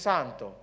Santo